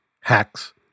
hacks